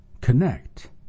connect